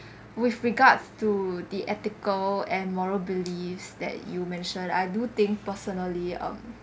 with regards to the ethical and moral beliefs that you mentioned I do think personally um